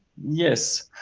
yes.